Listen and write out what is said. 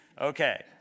Okay